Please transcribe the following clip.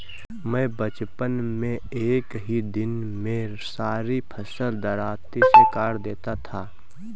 मैं बचपन में एक ही दिन में सारी फसल दरांती से काट देता था